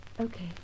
Okay